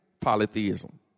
polytheism